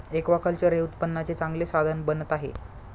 aquaculture हे उत्पन्नाचे चांगले साधन बनत आहे